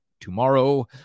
tomorrow